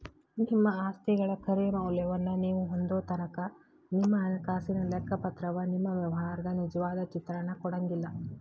ನಿಮ್ಮ ಆಸ್ತಿಗಳ ಖರೆ ಮೌಲ್ಯವನ್ನ ನೇವು ಹೊಂದೊತನಕಾ ನಿಮ್ಮ ಹಣಕಾಸಿನ ಲೆಕ್ಕಪತ್ರವ ನಿಮ್ಮ ವ್ಯವಹಾರದ ನಿಜವಾದ ಚಿತ್ರಾನ ಕೊಡಂಗಿಲ್ಲಾ